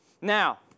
Now